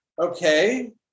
okay